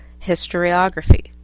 historiography